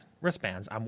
wristbands